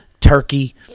turkey